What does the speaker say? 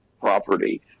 property